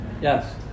Yes